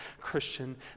christian